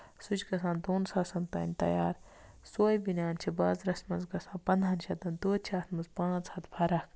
سُہ چھُ گژھان دۄن ساسَن تانۍ تَیار سۄے بٔنیان چھِ بازرَس منٛز گژھان پَندہَن شَتَن توتہِ چھِ اَتھ منٛز پانٛژھ ہَتھ فرق